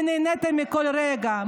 ונהניתם מכל רגע.